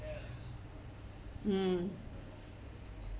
mm